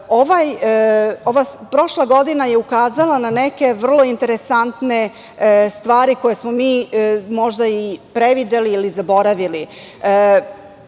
Prošla godina je ukazala na neke vrlo interesantne stvari koje smo mi možda i predvideli ili zaboravili.